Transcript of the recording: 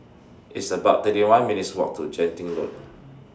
It's about thirty one minutes' Walk to Genting Road